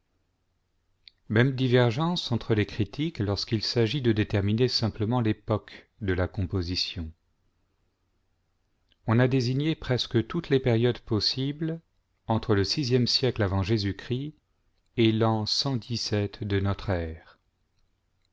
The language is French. mêmes divergences entre les critiques lorsqu'il s'agit de déterminer simplement l'époque de la composition on a désigné presque toutes les périodes possibles entre le vi siècle avant j g et l'an de notre ère